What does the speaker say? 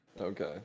Okay